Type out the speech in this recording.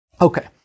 Okay